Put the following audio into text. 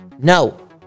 No